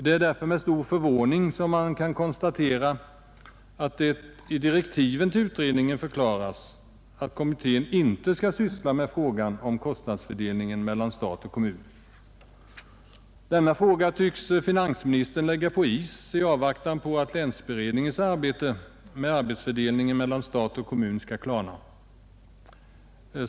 Det är därför med stor förvåning man konstaterar att det i direktiven till utredningen förklaras att kommittén inte skall syssla med frågan om kostnadsfördelningen mellan stat och kommun. Denna fråga tycks finansministern lägga på is i avvaktan på att länsberedningens arbete med arbetsfördelningen mellan stat och kommun skall slutföras.